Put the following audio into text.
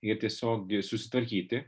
ir tiesiog susitvarkyti